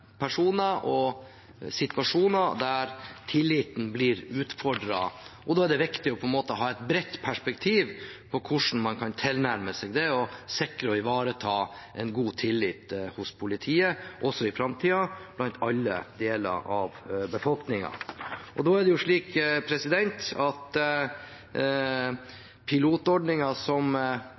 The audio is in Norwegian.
personer og situasjoner der tilliten blir utfordret. Da er det viktig å ha et bredt perspektiv på hvordan man kan tilnærme seg det å sikre og ivareta en god tillit til politiet også i framtiden, blant alle deler av